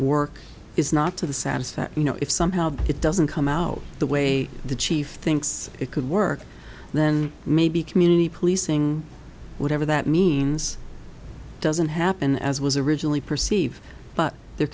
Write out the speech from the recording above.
work is not to the saddest that you know if somehow it doesn't come out the way the chief thinks it could work then maybe community policing whatever that means doesn't happen as was originally perceive but the